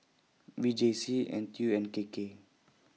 V J C N T U and K K